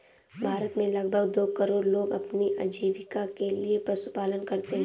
भारत में लगभग दो करोड़ लोग अपनी आजीविका के लिए पशुपालन करते है